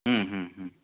ಹ್ಞೂ ಹ್ಞೂ ಹ್ಞೂ